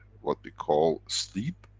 what we call, sleep.